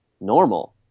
normal